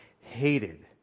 hated